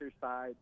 side